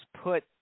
put